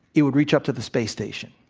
it would reach up to the space station.